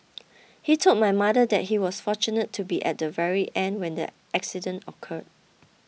he told my mother that he was fortunate to be at the very end when the accident occurred